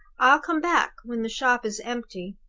i'll come back when the shop is empty